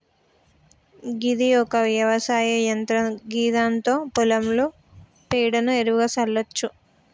గిది ఒక వ్యవసాయ యంత్రం గిదాంతో పొలంలో పేడను ఎరువుగా సల్లచ్చు